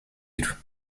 uur